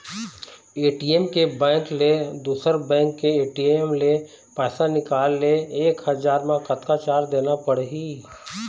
ATM के bank ले दुसर बैंक के ए.टी.एम ले पैसा निकाले ले एक हजार मा कतक चार्ज देना पड़ही?